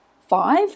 five